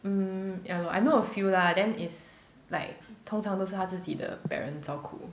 mm ya lor I know a few lah then is like 通常都是他自己的 parent 照顾